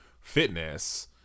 fitness